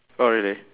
orh really